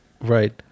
Right